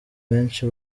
benshi